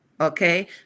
Okay